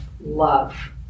love